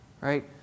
Right